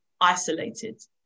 isolated